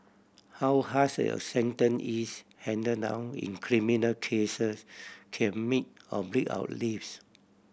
how harsh a sentence is hand down in criminal cases can make or break our lives